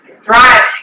driving